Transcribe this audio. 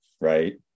Right